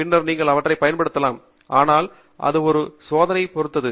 பின்னர் நீங்கள் அவற்றைப் பயன்படுத்தலாம் ஆனால் அது உங்கள் சோதனையைப் பொறுத்தது